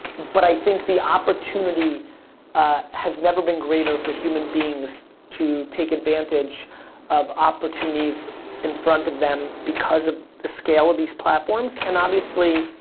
but i think the opportunity has never been greater for human beings to take advantage of opportunities in front of them because of the scale of these platforms. and obviously,